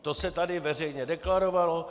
To se tady veřejně deklarovalo.